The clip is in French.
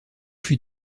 fut